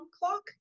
clock